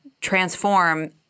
transform